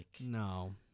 No